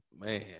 Man